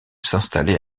s’installer